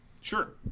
Sure